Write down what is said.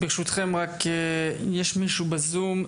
ברשותכם, יש מישהו בזום.